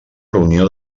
reunió